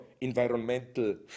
environmental